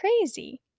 crazy